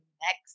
next